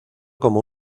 como